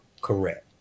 correct